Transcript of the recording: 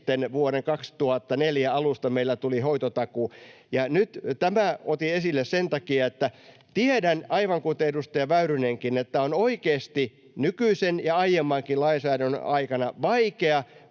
vuoden 2004 alusta meille tuli hoitotakuu. Nyt tämän otin esille sen takia, että tiedän, aivan kuten edustaja Väyrynenkin, että on oikeasti nykyisen ja aiemminkin lainsäädännön aikana vaikea